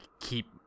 keep